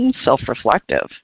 self-reflective